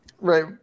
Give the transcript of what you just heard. Right